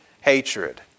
hatred